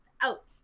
out